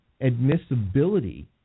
admissibility